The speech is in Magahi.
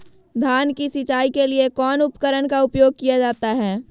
धान की सिंचाई के लिए कौन उपकरण का उपयोग किया जाता है?